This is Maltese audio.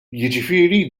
jiġifieri